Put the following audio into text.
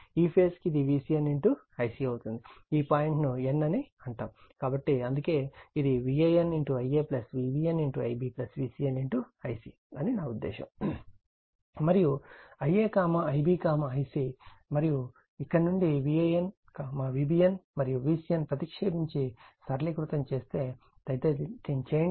ఈ ఫేజ్ కు ఇది VCN Ic అవుతుంది ఈ పాయింట్ ను N అని అంటాము కాబట్టి అందుకే ఇది VAN Ia VBN Ib VCN Ic అని నా ఉద్దేశ్యం మరియు Ia Ib ic మరియు ఇక్కడ నుండి VAN V BN మరియు VCN ప్రతిక్షేపించి మరియు సరళీకృతం చేస్తే దయచేసి దీన్ని చేయండి